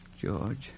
George